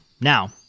Now